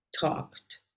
talked